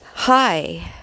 hi